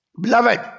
Beloved